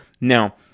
Now